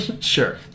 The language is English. Sure